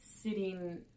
sitting